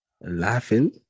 laughing